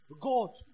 God